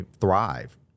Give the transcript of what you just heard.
thrive